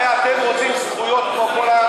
הרי אתם רוצים זכויות כמו כל,